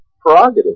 prerogative